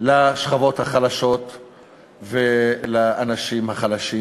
לשכבות החלשות ולאנשים החלשים,